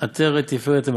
עטרת תפארת תמגנך',